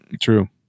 True